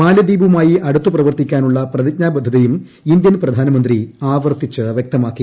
മാലദ്വീപുമായി അടുത്ത് പ്രവർത്തിക്കാനുള്ള പ്രതിജ്ഞാബദ്ധതയും ഇന്ത്യൻ പ്രധാനമന്ത്രി ആവർത്തിച്ച് വ്യക്തമാക്കി